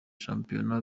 shampiyona